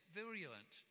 virulent